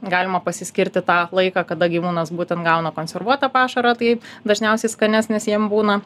galima pasiskirti tą laiką kada gyvūnas būtent gauna konservuotą pašarą tai dažniausiai skanesnis jiem būna